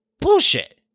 Bullshit